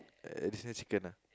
uh additional chicken ah